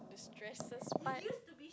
the stresses part